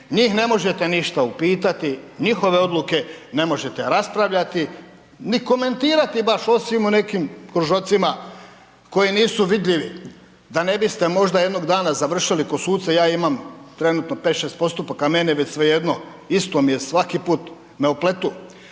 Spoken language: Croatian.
njih ne možete ništa upitati, njihove odluke ne možete raspravljati, ni komentirati baš osim u nekim kružocima koji nisu vidljivi da ne biste možda jednog dana završili kod suca, ja imam trenutno 5-6 postupaka, meni je već svejedno, isto mi je, svaki put me opletu,